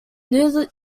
newlyn